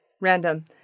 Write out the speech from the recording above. random